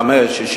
75,000,